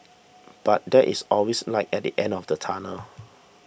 but there is always light at the end of the tunnel